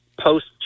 post